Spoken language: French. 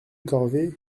corvée